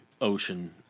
ocean